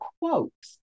quotes